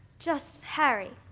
just harry.